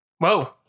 whoa